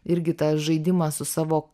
irgi tą žaidimą su savo